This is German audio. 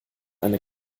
eine